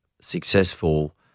successful